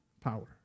power